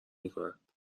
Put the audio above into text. میکند